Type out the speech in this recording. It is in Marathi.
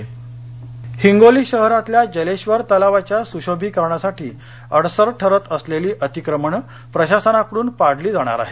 हिंगोली हिंगोली शहरातल्या जलेश्वर तलावाच्या सुशोभिकरणासाठी अडसर ठरत असलेली अतिक्रमणं प्रशासनाकडून पाडली जाणार आहेत